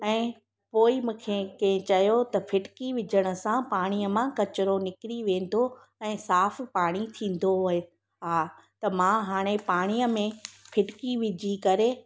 ऐं पोइ मूंखे कंहिं चयो त फिटिकी विझण सां पाणीअ मां कचिरो निकिरी वेंदो ऐं साफ़ु पाणी थींदो वियो आहे त मां हाणे पाणीअ में फिटिकी विझी करे